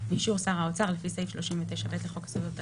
באישור שר האוצר לפי סעיף 39ב לחוק יסודות התקציב,